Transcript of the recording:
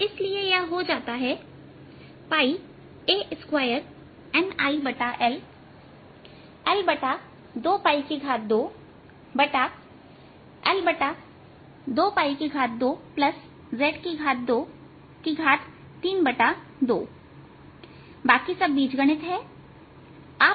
इसलिए यह हो जाता है a2NILL22 L22z232बाकी सब बीजगणित है